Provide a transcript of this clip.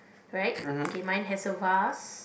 right can mine has a vase